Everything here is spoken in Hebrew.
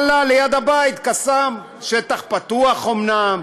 ליד הבית, "קסאם", בשטח פתוח אומנם.